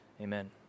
Amen